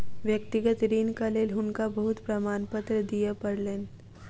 व्यक्तिगत ऋणक लेल हुनका बहुत प्रमाणपत्र दिअ पड़लैन